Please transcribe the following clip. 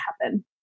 happen